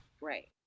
Right